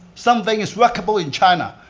something is workable in china,